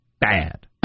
bad